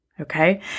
Okay